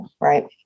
right